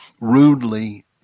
rudely